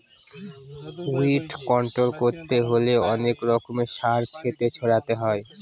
weed control করতে হলে অনেক রকমের সার ক্ষেতে ছড়াতে হয়